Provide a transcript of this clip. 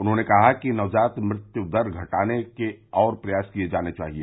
उन्होंने कहा कि नवजात मृत्यु दर घटाने के और प्रयास किए जाने चाहिए